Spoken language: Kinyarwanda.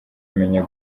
menya